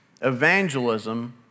evangelism